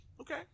Okay